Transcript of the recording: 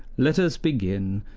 let us begin,